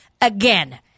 Again